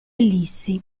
ellissi